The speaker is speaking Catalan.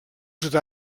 sud